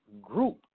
group